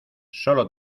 solo